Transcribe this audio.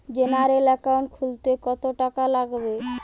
General account খুলতে কত টাকা লাগবে?